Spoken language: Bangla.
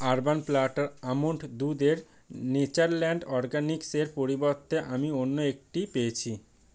আরবান প্ল্যাটার আমন্ড দুধের নেচারল্যান্ড অরগ্যানিক্সের পরিবর্তে আমি অন্য একটি পেয়েছি